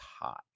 hot